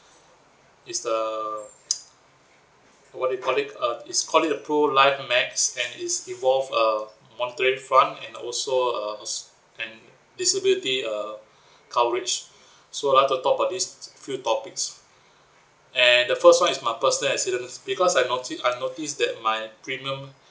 is a what you call it uh is call it a pro-life max and it's involved err monitoring front and also a and disability uh coverage so I want to talk about these few topics and the first one is my personal accident because I notice I notice that my premium